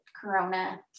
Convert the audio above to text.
Corona